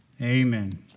Amen